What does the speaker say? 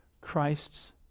Christ's